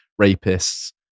rapists